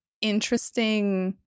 interesting